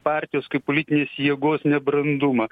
partijos kaip politinės jėgos nebrandumą